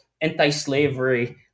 anti-slavery